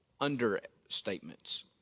understatements